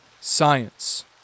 Science